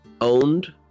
owned